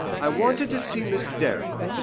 i wanted to see miss derrick.